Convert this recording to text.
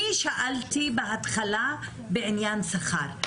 אני שאלתי בהתחלה בעניין שכר,